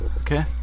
Okay